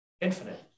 infinite